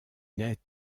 net